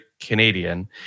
Canadian